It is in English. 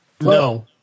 No